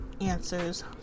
answers